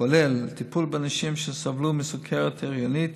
לטיפול בנשים שסבלו מסוכרת הריונית,